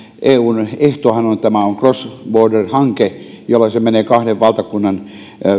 eun ehtohan on että tämä on cross border hanke jolloin se menee kahden valtakunnan